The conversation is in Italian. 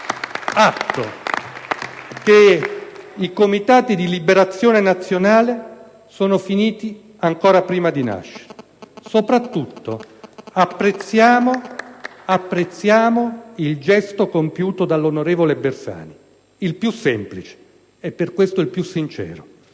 atto che i Comitati di liberazione nazionale sono finiti ancora prima di nascere; soprattutto, apprezziamo il gesto compiuto dall'onorevole Bersani, il più semplice e per questo il più sincero.